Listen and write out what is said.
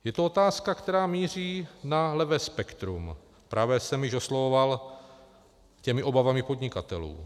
Je to otázka, která míří na levé spektrum, pravé jsem již oslovoval těmi obavami podnikatelů.